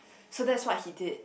so that's what he did